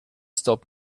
stop